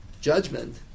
judgment